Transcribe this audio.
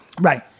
Right